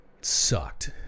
sucked